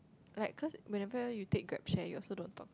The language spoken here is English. like cause whenever you take Grab-Share you also don't talk